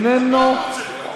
איננו,